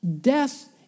death